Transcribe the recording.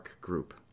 group